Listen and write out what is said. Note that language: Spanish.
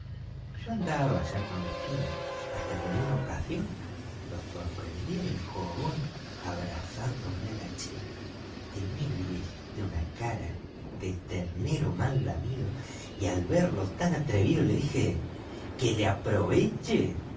yo andaba ya con la espina hasta que en una ocasión lo pille junto al jogón abrazándome a la china tenía el viejito una cara de ternero mal lamido y al verle tan atrevido le dije que le aproveche